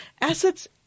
Assets